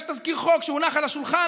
יש תזכיר חוק שהונח על השולחן.